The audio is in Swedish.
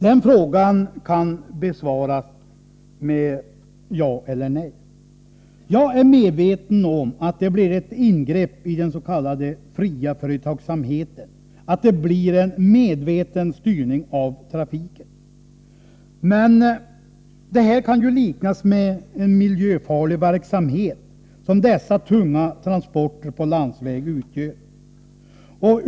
Den frågan kan besvaras med ja eller nej. Jag är medveten om att det blir ett ingrepp dens.k. fria företagsamheten, att det blir en medveten styrning av trafiken, men dessa tunga transporter på landsväg kan ju liknas vid en miljöfarlig verksamhet.